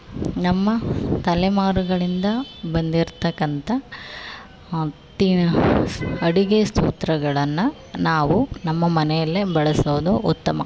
ನಮ್ಮ ತಲೆಮಾರುಗಳಿಂದ ಬಂದಿರ್ತಕ್ಕಂಥ ಅಡುಗೆ ಸೂತ್ರಗಳನ್ನು ನಾವು ನಮ್ಮ ಮನೆಯಲ್ಲೇ ಬಳಸೋದು ಉತ್ತಮ